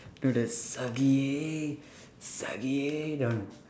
no the Sakiyae Sakiyae that one